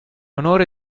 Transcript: onore